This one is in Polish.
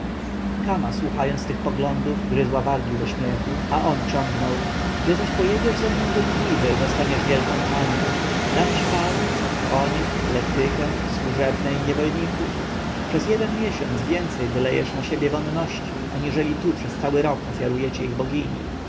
słuchając tych poglądów gryzła wargi ze śmiechu a on ciągnął gdy zaś pojedziesz ze mną do niniwy zostaniesz wielką panią dam ci pałac konie lektykę służebne i niewolników przez jeden miesiąc więcej wylejesz na siebie wonności aniżeli tu przez cały rok ofiarujecie ich bogini